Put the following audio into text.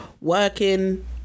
working